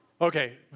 Okay